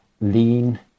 lean